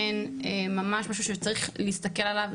העדויות הן ממש משהו שצריך להסתכל עליו,